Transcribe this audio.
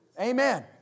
Amen